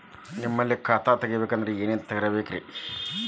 ನಿಮ್ಮಲ್ಲಿ ಖಾತಾ ತೆಗಿಬೇಕಂದ್ರ ಏನೇನ ತರಬೇಕ್ರಿ?